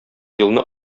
елны